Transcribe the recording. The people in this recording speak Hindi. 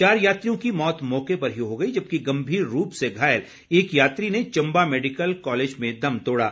चार यात्रियों की मौत मौके पर ही हो गई जबकि गंभीर रूप से घायल एक यात्री ने चंबा मेडिकल कॉलेज में दम तोड़ा